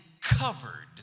covered